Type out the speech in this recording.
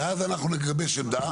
ואז אנחנו נגבש עמדה.